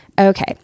Okay